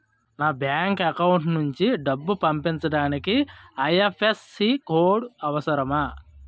నా bank account నుంచి డబ్బు పంపించడానికి ఐ.ఎఫ్.ఎస్.సి కోడ్ అవసరమా?